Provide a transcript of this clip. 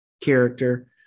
character